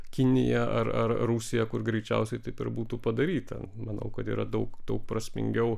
kinija ar ar rusija kur greičiausiai taip ir būtų padaryta manau kad yra daug daug prasmingiau